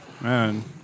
Man